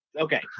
okay